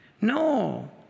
No